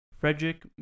Frederick